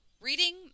reading